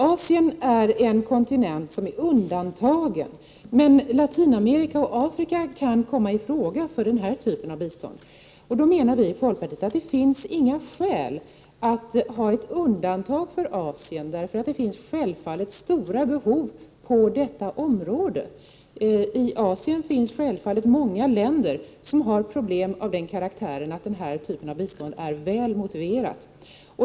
Asien är en kontinent som är undantagen, men Latinamerika och Afrika kan komma i fråga för den här typen av bistånd. Därför menar vi i folkpartiet att det inte finns några skäl att göra ett undantag för Asien, eftersom behoven där självfallet är stora på detta område. I Asien finns det många länder som har problem av den karaktär att den här typen av bistånd är väl motiverat.